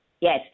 Yes